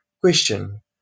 question